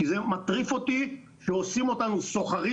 כי זה מטריף אותי שעושים אותנו סוחרים